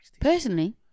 personally